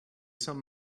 some